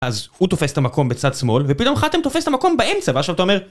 אז הוא תופס את המקום בצד שמאל, ופתאום חתם תופס את המקום באמצע, ועכשיו אתה אומר...